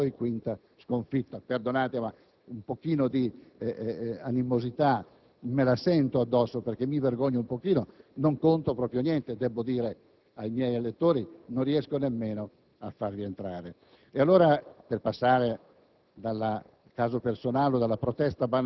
entrare al Senato. Quinto assalto e quinta sconfitta. Perdonatemi, ma un pochino di animosità me la sento addosso perché mi vergogno un po'. Non conto proprio niente, debbo dire ai miei elettori. Non riesco nemmeno a farli entrare. Per passare